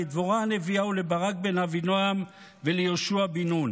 לדבורה הנביאה ולברק בן אבינעם וליהושע בן נון.